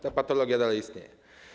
Ta patologia dalej istnieje.